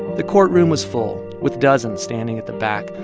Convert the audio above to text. the courtroom was full with dozens standing at the back,